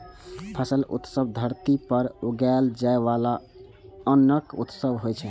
फसल उत्सव धरती पर उगाएल जाइ बला अन्नक उत्सव होइ छै